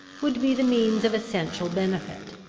would be the means of essential benefit.